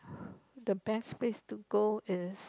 the best place to go is